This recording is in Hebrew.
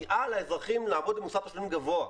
סייעה לאזרחים לעמוד במוסר תשלומים גבוה,